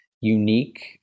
unique